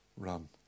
run